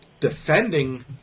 defending